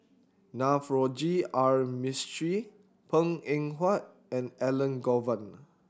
Navroji R Mistri Png Eng Huat and Elangovan